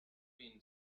been